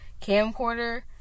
camcorder